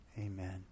Amen